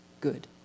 good